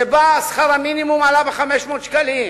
שבה שכר המינימום עלה ב-500 שקלים.